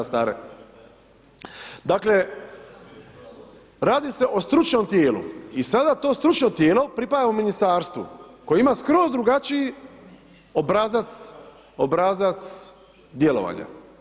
Dakle, radi se o stručnom tijelu i sada to stručno tijelo pripada u ministarstvu, koja ima skroz drugačiji obrazac djelovanja.